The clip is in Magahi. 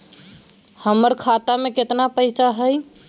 हमर खाता मे केतना पैसा हई?